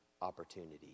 opportunities